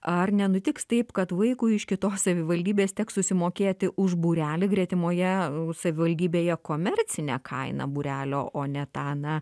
ar nenutiks taip kad vaikui iš kitos savivaldybės teks susimokėti už būrelį gretimoje savivaldybėje komercinę kainę būrelio o ne tą na